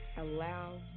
allow